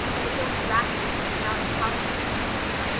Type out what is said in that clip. and it's only rascals that get on in politics nowadays.